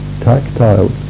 tactile